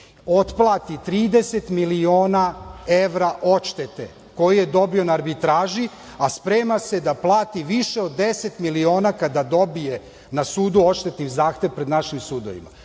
otplati 30 miliona evra odštete koju je dobio na arbitraži, a sprema se da plati više od 10 miliona kada dobije na sudu odštetni zahtev pred našim